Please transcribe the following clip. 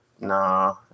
nah